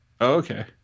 Okay